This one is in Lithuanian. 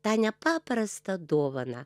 tą nepaprastą dovaną